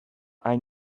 hain